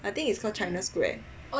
I think it's called china square